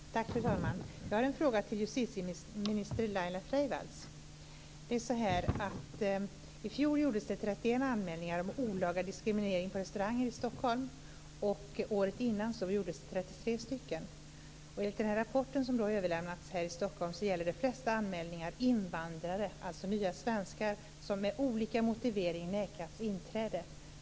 Fru talman! Jag har en fråga till justitieminister I fjol gjordes det 31 anmälningar om olaga diskriminering på restauranger i Stockholm, och året innan gjordes det 33 stycken. Enligt den rapport som har överlämnats här i Stockholm gäller de flesta anmälningar invandrare, dvs. nya svenskar, som med olika motivering nekats inträde.